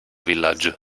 villaggio